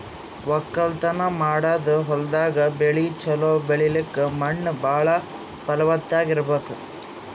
ವಕ್ಕಲತನ್ ಮಾಡದ್ ಹೊಲ್ದಾಗ ಬೆಳಿ ಛಲೋ ಬೆಳಿಲಕ್ಕ್ ಮಣ್ಣ್ ಭಾಳ್ ಫಲವತ್ತಾಗ್ ಇರ್ಬೆಕ್